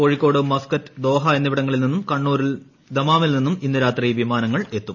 കോഴിക്കോട്ട് Muscat Doha എന്നിവിടങ്ങളിൽ നിന്നും കണ്ണൂരിൽ ദമാമിൽ നിന്നും ഇന്ന് രാത്രി വിമാനങ്ങൾ എത്തും